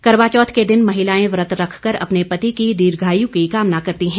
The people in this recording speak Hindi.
करवाचौथ के दिन महिलाएं व्रत रखकर अपने पति की दीर्घआयु की कामना करती है